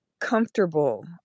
comfortable